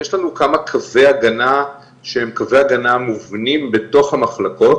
יש לנו כמה קווי הגנה שהם קווי הגנה מובנים בתוך המחלקות.